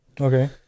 okay